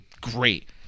great